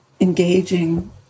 engaging